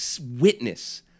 witness